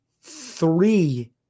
three